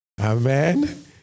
Amen